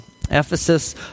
Ephesus